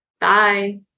Bye